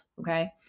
Okay